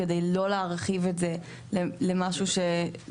כדי לא להרחיב את זה למשהו אחר.